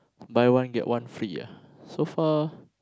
buy one get one free ah so far